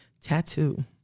Tattoo